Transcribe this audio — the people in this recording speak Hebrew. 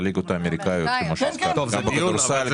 טוב, זה בכדורסל.